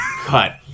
cut